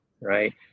right